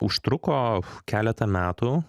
užtruko keletą metų